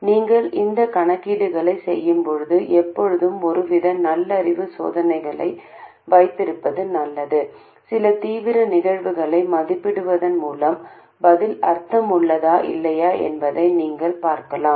நீங்கள் இந்தக் கணக்கீடுகளைச் செய்யும்போது எப்போதும் ஒருவித நல்லறிவுச் சோதனைகளை வைத்திருப்பது நல்லது சில தீவிர நிகழ்வுகளை மதிப்பிடுவதன் மூலம் பதில் அர்த்தமுள்ளதா இல்லையா என்பதை நீங்கள் பார்க்கலாம்